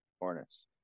Hornets